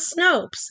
Snopes